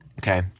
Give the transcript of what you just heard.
Okay